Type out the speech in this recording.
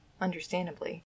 understandably